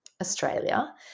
Australia